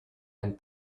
and